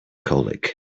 colic